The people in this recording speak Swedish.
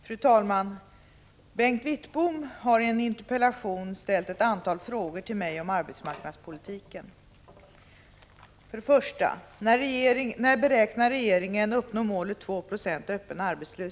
Fru talman! Bengt Wittbom har i en interpellation ställt ett antal frågor till mig om arbetsmarknadspolitiken. 2.